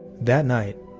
that night,